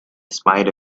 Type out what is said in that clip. spite